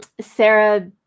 Sarah